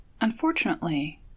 Unfortunately